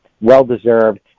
well-deserved